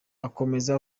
akomeza